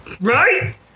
Right